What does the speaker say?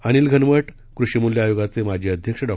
अनिल घनवट कृषीमूल्य आयोगाचे माजी अध्यक्ष डॉ